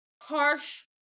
harsh